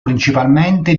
principalmente